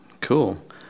Cool